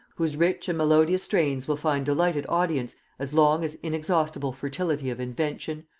whose rich and melodious strains will find delighted audience as long as inexhaustible fertility of invention,